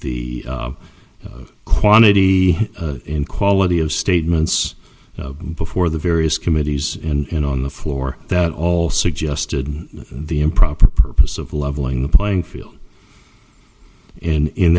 the quantity and quality of statements before the various committees and on the floor that all suggested the improper purpose of leveling the playing field and in